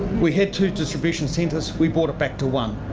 we had two distribution centres, we brought it back to one.